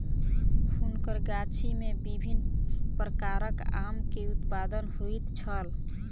हुनकर गाछी में विभिन्न प्रकारक आम के उत्पादन होइत छल